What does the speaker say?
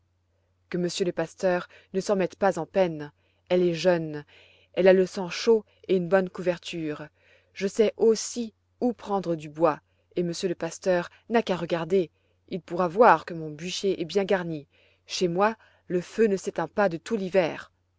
que monsieur le pasteur ne s'en mette pas en peine elle est jeune elle a le sang chaud et une bonne couverture je sais aussi où prendre du bois et monsieur le pasteur n'a qu'à regarder il pourra voir que mon bûcher est bien garni chez moi le feu ne s'éteint pas de tout l'hiver